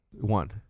One